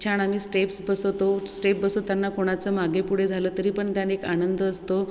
छान आम्ही स्टेप्स् बसवतो स्टेप बसवताना कोणाचं मागे पुढे झालं तरी पण त्याने एक आनंद असतो